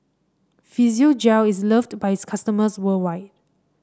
Physiogel is loved by its customers worldwide